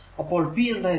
അപ്പോൾ p എന്തായിരിക്കും